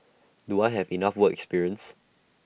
do I have enough work experience